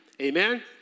Amen